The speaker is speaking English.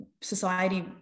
society